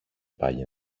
πάλι